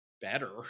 better